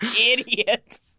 idiot